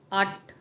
ਅੱਠ